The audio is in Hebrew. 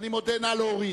מי נגד?